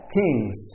kings